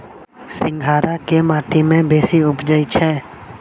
सिंघाड़ा केँ माटि मे बेसी उबजई छै?